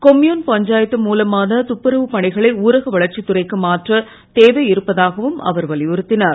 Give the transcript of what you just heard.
commune panchayat மூலமான துப்புரவுப் பணிகளை ஊரக வளர்ச்சித் துறைக்கு மாற்ற தேவை இருப்பதாகவும் அவர் வலியுறுத்தினார்